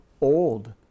old